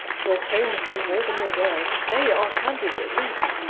your tones mean more than your words they are candid, at least!